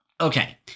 okay